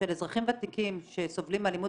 ברוב המקרים של אזרחים ותיקים שסובלים אלימות